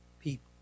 people